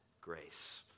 grace